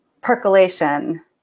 percolation